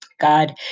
God